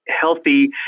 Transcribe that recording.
healthy